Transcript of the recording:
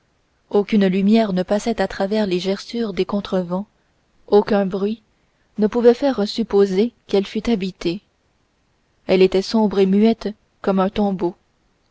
aucune lumière ne paraissait à travers les gerçures des contrevents aucun bruit ne pouvait faire supposer qu'elle fût habitée elle était sombre et muette comme un tombeau